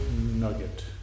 Nugget